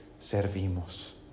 servimos